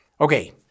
Okay